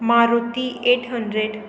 Maruti eight hundred